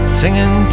singing